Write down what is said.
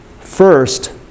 first